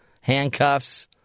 handcuffs